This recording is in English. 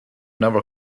never